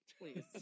please